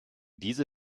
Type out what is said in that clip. diese